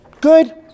good